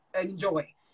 enjoy